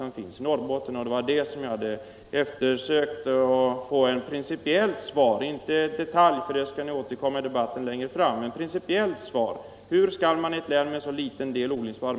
Det var i det avseendet jag ville ha ett principiellt svar — inte ett svar i detalj, eftersom vi senare skall återkomma till detaljerna.